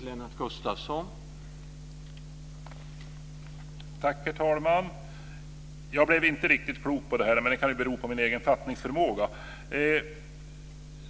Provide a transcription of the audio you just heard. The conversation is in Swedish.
Herr talman! Jag blev inte riktigt klok på det här, men det kan ju bero på min egen fattningsförmåga.